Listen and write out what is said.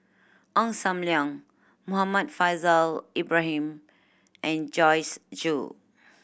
Ong Sam Leong Muhammad Faishal Ibrahim and Joyce Jue